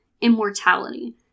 immortality